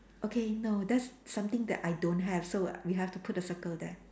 okay no that's something that I don't have so we have to put a circle there